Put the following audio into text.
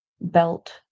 belt